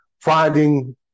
finding